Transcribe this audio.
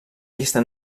llista